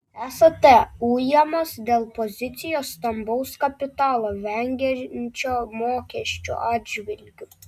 esate ujamas dėl pozicijos stambaus kapitalo vengiančio mokesčių atžvilgiu